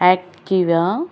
Activa